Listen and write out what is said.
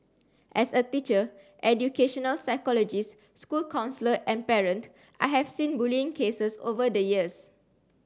as a teacher educational psychologist school counsellor and parent I have seen bullying cases over the years